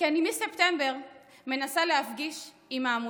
כי אני מספטמבר מנסה להפגיש עם העמותות,